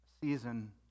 season